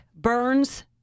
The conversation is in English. Burns